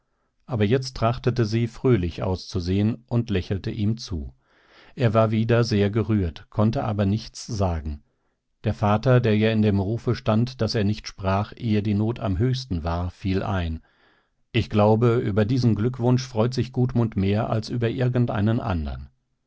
aber jetzt trachtete sie fröhlich auszusehen und lächelte ihm zu er war wieder sehr gerührt konnte aber nichts sagen der vater der ja in dem rufe stand daß er nicht sprach ehe die not am höchsten war fiel ein ich glaube über diesen glückwunsch freut sich gudmund mehr als über irgendeinen andern